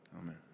Amen